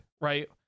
Right